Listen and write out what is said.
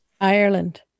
Ireland